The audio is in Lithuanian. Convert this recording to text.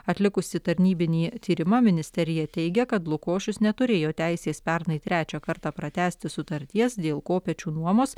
atlikusi tarnybinį tyrimą ministerija teigia kad lukošius neturėjo teisės pernai trečią kartą pratęsti sutarties dėl kopėčių nuomos